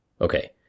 Okay